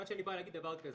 אני בא להגיד דבר כזה: